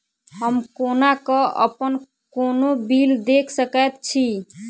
हम कोना कऽ अप्पन कोनो बिल देख सकैत छी?